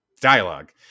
Dialogue